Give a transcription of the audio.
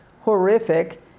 horrific